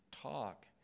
talk